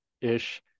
ish